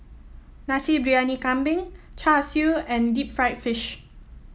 Nasi Briyani Kambing Char Siu and Deep Fried Fish